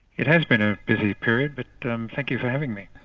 it has been a busy period, but um thank you for having me.